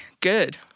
good